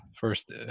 first